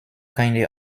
keine